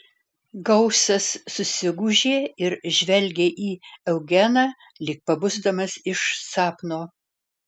gausas susigūžė ir žvelgė į eugeną lyg pabusdamas iš sapno